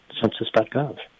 census.gov